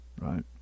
right